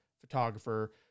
photographer